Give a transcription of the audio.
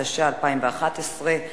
התשע"א 2011,